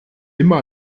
immer